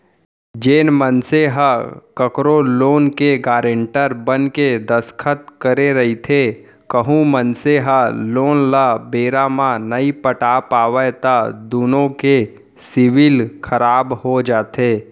जेन मनसे ह कखरो लोन के गारेंटर बनके दस्कत करे रहिथे कहूं मनसे ह लोन ल बेरा म नइ पटा पावय त दुनो के सिविल खराब हो जाथे